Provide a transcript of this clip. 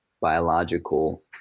biological